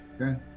Okay